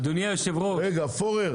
רגע, פורר,